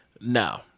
No